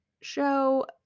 show